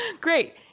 Great